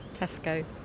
Tesco